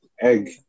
egg